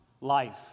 life